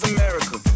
America